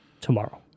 Tomorrow